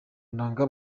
nanga